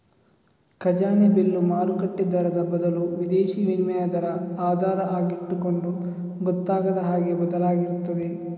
ಖಜಾನೆ ಬಿಲ್ಲು ಮಾರುಕಟ್ಟೆ ದರದ ಬದಲು ವಿದೇಶೀ ವಿನಿಮಯ ದರ ಆಧಾರ ಆಗಿಟ್ಟುಕೊಂಡು ಗೊತ್ತಾಗದ ಹಾಗೆ ಬದಲಾಗ್ತಿರ್ತದೆ